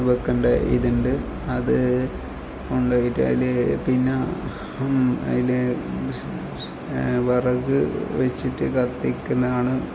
വെക്കണ്ട ഇതുണ്ട് അത് കൊണ്ട് പോയിട്ട് അതിൽ പിന്നെ അതിൽ വിറക് വെച്ചിട്ട് കത്തിക്കുന്നതാണ്